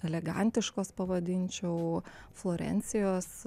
elegantiškos pavadinčiau florencijos